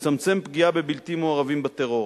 ולצמצם פגיעה בבלתי מעורבים בטרור.